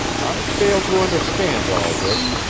i fail to understand all this.